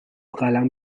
قلم